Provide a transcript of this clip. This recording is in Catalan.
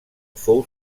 fou